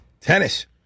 Tennis